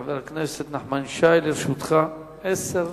חבר הכנסת נחמן שי, לרשותך עשר דקות.